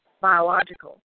biological